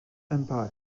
empire